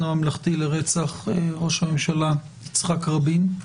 הממלכתי לרצח ראש הממשלה יצחק רבין.